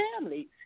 families